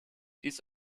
dies